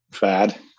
Bad